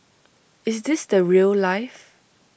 is this the rail life